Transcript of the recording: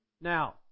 Now